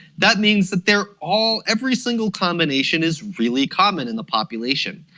that means that they're all every single combination is really common in the population.